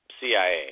CIA